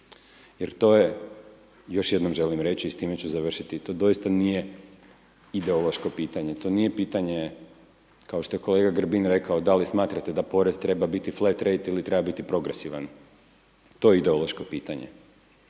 jer to je, još jednom želim reći i s time ću završiti, to doista nije ideološko pitanje, to nije pitanje kao što je kolega Grbin rekao, da li smatrate da porez treba biti flat rate ili treba biti progresivan, to je ideološko pitanje.